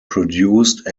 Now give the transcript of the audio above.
produced